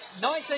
19